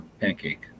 pancake